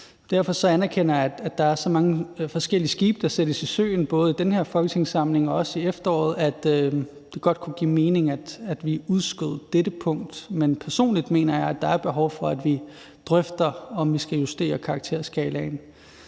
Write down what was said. give mening, og når der er så mange forskellige skibe, der sættes i søen, både i den her folketingssamling og også i efteråret, så anerkender jeg også, at det godt kunne give mening, at vi udskød dette punkt. Personligt mener jeg, at der er behov for, at vi drøfter, om vi skal justere karakterskalaen.